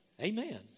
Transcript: Amen